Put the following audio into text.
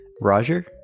Roger